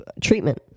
treatment